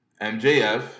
MJF